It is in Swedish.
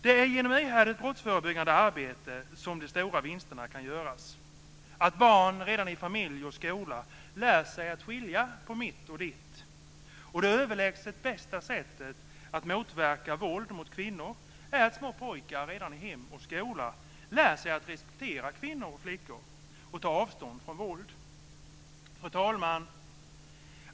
Det är genom ihärdigt brottsförebyggande arbete som de stora vinsterna kan göras, att barn redan i familj och skola lär sig att skilja på mitt och ditt. Och det överlägset bästa sättet att motverka våld mot kvinnor är att små pojkar redan i hem och skola lär sig att respektera kvinnor och flickor och ta avstånd från våld. Fru talman!